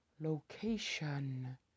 location